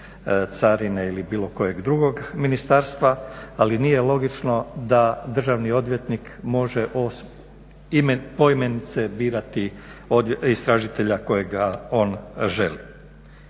carine ili bilo kojeg drugog ministarstva ali nije logično da državni odvjetnik može poimence birati istražitelja kojega on želi.